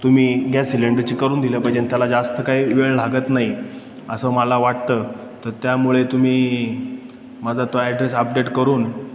तुम्ही गॅस सिलेंडरची करून दिलं पाहिजे त्याला जास्त काही वेळ लागत नाही असं मला वाटतं तर त्यामुळे तुम्ही माझा तो ॲड्रेस अपडेट करून